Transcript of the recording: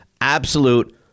absolute